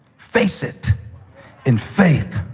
face it in faith,